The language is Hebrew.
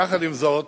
יחד עם זאת,